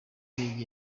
y’indege